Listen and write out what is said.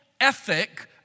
ethic